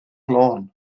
lawn